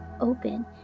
open